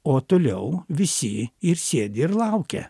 o toliau visi ir sėdi ir laukia